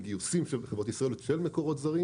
מגיוסים של מקורות זרים.